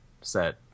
set